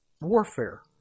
warfare